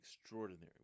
extraordinary